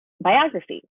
biography